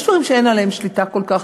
יש דברים שאין עליהם שליטה כל כך,